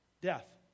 Death